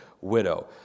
widow